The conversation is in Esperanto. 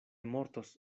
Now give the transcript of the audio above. mortos